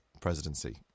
presidency